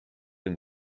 and